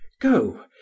go